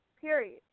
period